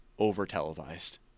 over-televised